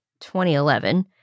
2011